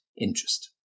interest